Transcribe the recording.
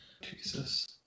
Jesus